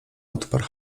odparł